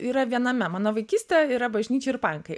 yra viename mano vaikystė yra bažnyčia ir pankai